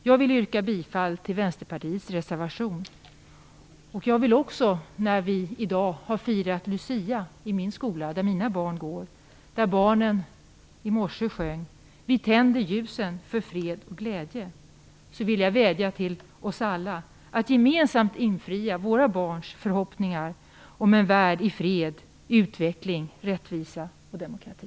Jag vill yrka bifall till Vänsterpartiets reservation. Jag vill också anknyta till att vi i dag har firat lucia. I den skola där mina barn går sjöng barnen: Vi tänder ljusen för fred och glädje. Jag vill vädja till oss alla att vi gemensamt skall infria våra barns förhoppningar om en värld i fred och utveckling; en värld med rättvisa och demokrati.